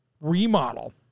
remodel